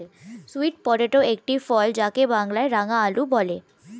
sweet potato একটি ফল যাকে বাংলায় রাঙালু বলে